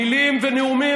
מילים ונאומים,